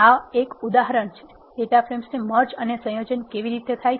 આ એક ઉદાહરણ છે ડેટા ફ્રેમ્સને મર્જ અને સંયોજન કેવી રીતે થાય છે